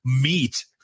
meat